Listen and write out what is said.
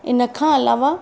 हिनखां अलावा